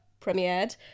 premiered